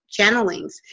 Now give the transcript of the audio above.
channelings